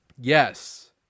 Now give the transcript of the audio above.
Yes